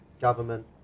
government